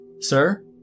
sir